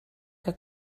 que